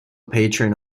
patron